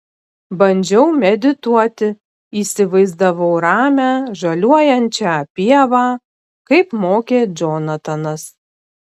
bandžiau medituoti įsivaizdavau ramią žaliuojančią pievą kaip mokė džonatanas